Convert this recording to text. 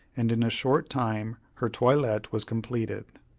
and in a short time her toilette was completed.